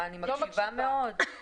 אני מקשיבה מאוד.